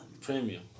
Premium